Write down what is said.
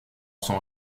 son